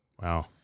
Wow